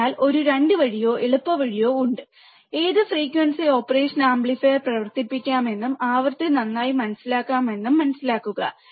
അതിനാൽ ഒരു 2 വഴിയോ എളുപ്പമോ ഉണ്ട് ഏത് ഫ്രീക്വൻസി ഓപ്പറേഷൻ ആംപ്ലിഫയർ പ്രവർത്തിപ്പിക്കാമെന്നും ആവൃത്തി നന്നായി മനസ്സിലാക്കാമെന്നും മനസ്സിലാക്കുക